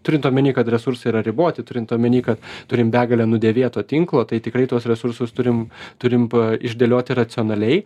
turint omeny kad resursai yra riboti turint omeny kad turim begalę nudėvėto tinklo tai tikrai tuos resursus turim turim p išdėlioti racionaliai